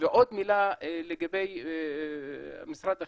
ועוד מילה לגבי משרד החינוך,